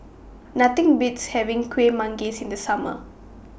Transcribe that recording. Nothing Beats having Kueh Manggis in The Summer